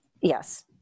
yes